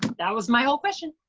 that was my um question.